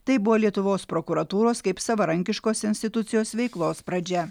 tai buvo lietuvos prokuratūros kaip savarankiškos institucijos veiklos pradžia